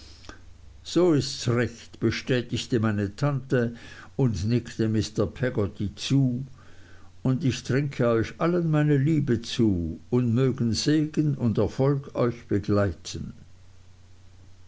so ists recht bestätigte meine tante und nickte mr peggotty zu und ich trinke euch allen meine liebe zu und mögen segen und erfolg euch begleiten